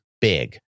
big